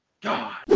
God